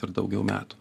ir daugiau metų